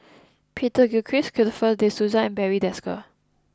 Peter Gilchrist Christopher De Souza and Barry Desker